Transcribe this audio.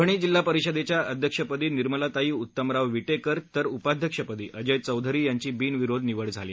परभणी जिल्हा परिषदेच्या अध्यक्षपदी निर्मलाताई उत्तमराव विटेकर तर उपाध्यक्षपदी अजय चौधरी यांची बिनविरोध निवड झाली